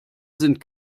sind